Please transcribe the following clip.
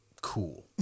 cool